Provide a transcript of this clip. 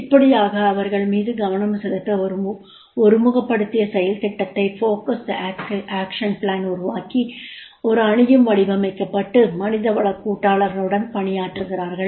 இப்படியாக அவர்கள் மீது கவனம் செலுத்த ஒரு ஒருமுகபடுத்திய செயல் திட்டத்தை உருவாக்கி ஒரு அணியும் வடிவமைக்கப்பட்டு மனிதவள கூட்டாளர்களுடன் பணியாற்றுகிறார்கள்